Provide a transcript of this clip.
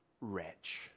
Wretch